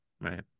Right